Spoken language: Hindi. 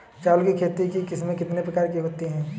चावल की खेती की किस्में कितने प्रकार की होती हैं?